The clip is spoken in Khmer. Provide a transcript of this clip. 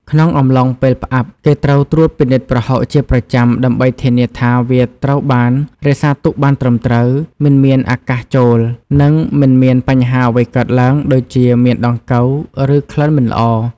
ក្នុងអំឡុងពេលផ្អាប់ គេត្រូវត្រួតពិនិត្យប្រហុកជាប្រចាំ ដើម្បីធានាថាវាត្រូវបានរក្សាទុកបានត្រឹមត្រូវ មិនមានអាកាសចូល និងមិនមានបញ្ហាអ្វីកើតឡើង ដូចជា មានដង្កូវ ឬក្លិនមិនល្អ។